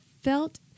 felt